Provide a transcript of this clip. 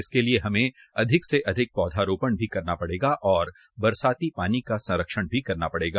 इसके लिए हमें अधिक से अधिक पौधरोपण भी करना पड़ेगा और बरसाती पानी का संरक्षण भी करना पड़ेगा